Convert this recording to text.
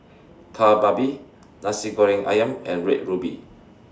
Kari Babi Nasi Goreng Ayam and Red Ruby